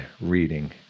reading